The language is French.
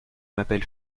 m’appelle